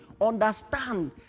Understand